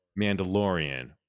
Mandalorian